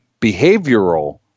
behavioral